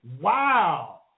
Wow